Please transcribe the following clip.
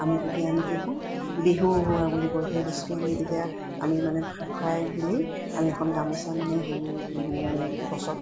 আমি তেতিয়া আমি কি কওঁ বিহু উৰোৱা বুলি কয় সেই বস্তুটো আমি তেতিয়া আমি মানে ভাগাই মেলি আমি এখন গামোচা মানে হেৰি গছত